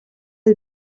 del